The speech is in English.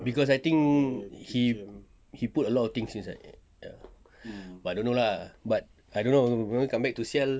cause I think he put a lot of things inside but I don't know lah but I don't know come back to [sial]